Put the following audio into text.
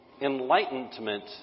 enlightenment